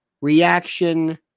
reaction